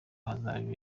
hazaba